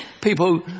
people